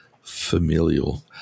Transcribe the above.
familial